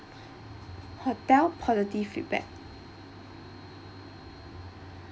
hotel quality feedback